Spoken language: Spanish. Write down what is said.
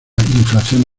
inflación